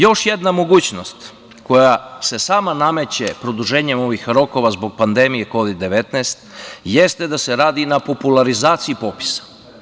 Još jedna mogućnost, koja se sama nameće, produženjem ovih rokova zbog pandemije Kovid-19, jeste da se radi na popularizaciji popisa.